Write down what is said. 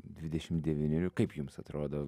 dvidešim devynerių kaip jums atrodo